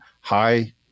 high